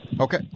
okay